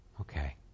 Okay